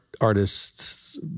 artist's